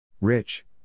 Rich